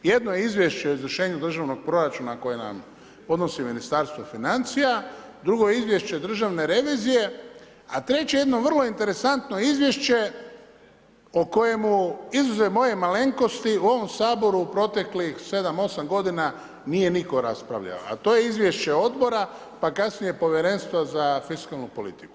Jedno je izvješće o izvršenju državnog proračuna koje nam podnosi Ministarstvo financija, drugo je izvješće državne revizije, a treće jedno vrlo interesantno izvješće po kojemu, izuzev moje malenkosti u ovom Saboru u proteklih 7,8 godina nije nitko raspravljao, a to je izvješće odbora pa kasnije povjerenstva za fiskalnu politiku.